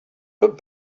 but